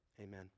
Amen